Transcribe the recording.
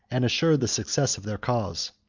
and assure the success, of their cause.